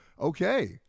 Okay